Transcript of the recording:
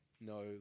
no